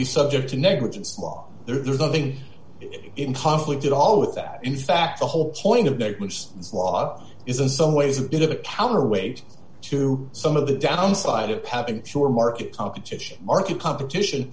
be subject to negligence law there's nothing in conflict at all with that in fact the whole point of debate which this law is in some ways a bit of a counterweight to some of the downside of having sure market competition market competition